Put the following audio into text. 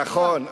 נכון.